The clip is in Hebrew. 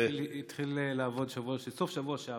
הוא התחיל לעבוד בסוף השבוע שעבר.